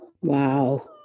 Wow